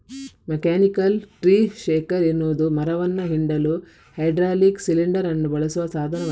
mechanical tree shaker ಎನ್ನುವುದು ಮರವನ್ನ ಹಿಂಡಲು ಹೈಡ್ರಾಲಿಕ್ ಸಿಲಿಂಡರ್ ಅನ್ನು ಬಳಸುವ ಸಾಧನವಾಗಿದೆ